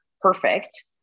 perfect